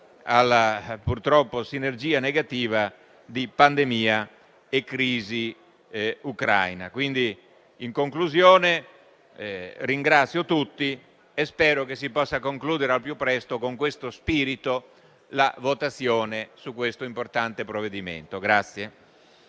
alla sinergia negativa di pandemia e crisi ucraina. In conclusione, ringrazio tutti e spero che si possa concludere al più presto con tale spirito la votazione su questo importante provvedimento.